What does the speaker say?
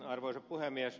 arvoisa puhemies